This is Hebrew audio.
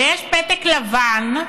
ויש פתק לבן,